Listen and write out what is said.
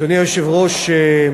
אדוני היושב-ראש,